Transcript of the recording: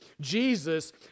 Jesus